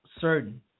certain